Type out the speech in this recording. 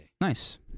Nice